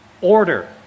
Order